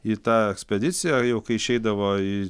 į tą ekspediciją jau kai išeidavo į